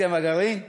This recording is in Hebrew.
הסכם הגרעין,